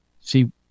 See